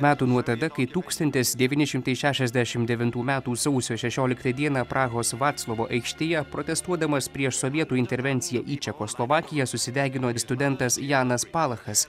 metų nuo tada kai tūkstantis devyni šimtai šešiasdešimt devintų metų sausio šešioliktą dieną prahos vaclovo aikštėje protestuodamas prieš sovietų intervenciją į čekoslovakiją susidegino ir studentas janas palachas